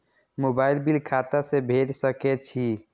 Mobile bill खाता से भेड़ सके छि?